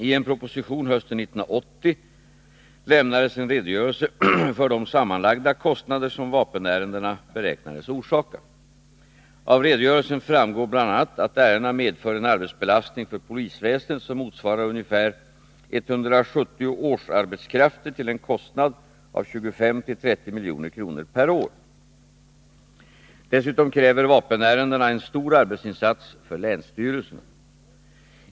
I en proposition hösten 1980 lämnades en redogörelse för de sammanlagda kostnader som vapenärendena beräknades orsaka. Av redogörelsen framgår bl.a. att ärendena medför en arbetsbelastning för polisväsendet som motsvarar ungefär 170 årsarbetskrafter till en kostnad av 25-30 milj.kr. per år. Dessutom kräver vapenärendena en stor arbetsinsats för länsstyrelserna.